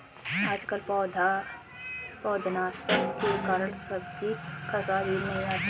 आजकल पौधनाशक के कारण सब्जी का स्वाद ही नहीं आता है